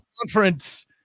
conference